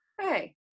hey